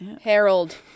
harold